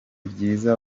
byiza